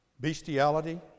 Bestiality